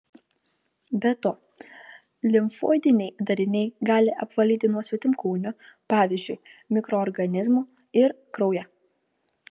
be to limfoidiniai dariniai gali apvalyti nuo svetimkūnių pavyzdžiui mikroorganizmų ir kraują